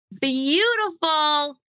beautiful